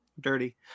dirty